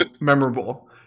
memorable